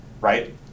right